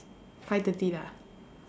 five thirty lah